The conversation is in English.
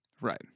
Right